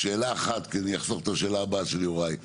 אני אחסוך את השאלה הבאה של יוראי.